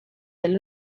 del